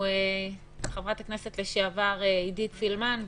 חברת הכנסת לשעבר עידית סילמן,